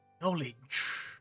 Knowledge